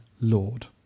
Lord